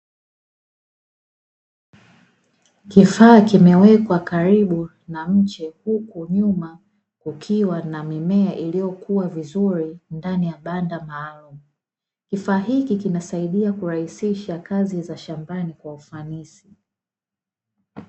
Kifaa kimewekwa karibu na mche huku nyuma kukiwa na mimea iliyokua vizuri ndani ya banda maalumu, kifaa hiki kinasaidia kurahisisha kazi za shambani kwa ufanisi.